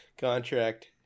contract